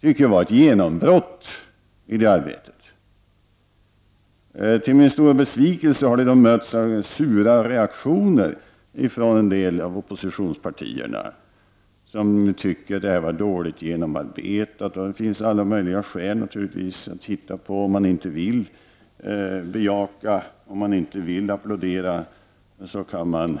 Det tycker jag är ett genombrott. Till min stora besvikelse har detta mötts av sura reaktioner ifrån en del av oppositionspartierna. De tycker detta var dåligt genomarbetat. Ja, det finns alla möjliga skäl att hitta på om man inte vill applådera. Man